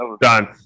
done